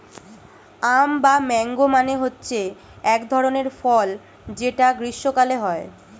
আম বা ম্যাংগো মানে হচ্ছে এক ধরনের ফল যেটা গ্রীস্মকালে হয়